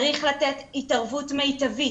צריך לתת התערבות מיטבית.